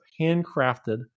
handcrafted